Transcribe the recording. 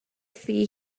thŷ